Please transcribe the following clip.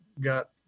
got